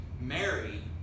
Mary